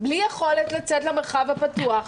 בלי יכולת לצאת למרחב הפתוח,